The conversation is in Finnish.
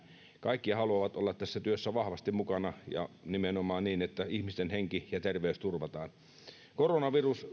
kaikki haluavat olla tässä työssä vahvasti mukana ja nimenomaan niin että ihmisten henki ja terveys turvataan koronavirus